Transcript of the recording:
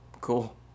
Cool